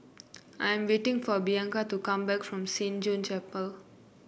I am waiting for Bianca to come back from Saint John's Chapel